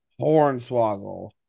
Hornswoggle